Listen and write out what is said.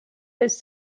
his